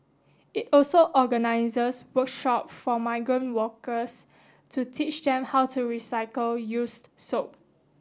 it also organises workshops for migrant workers to teach them how to recycle used soap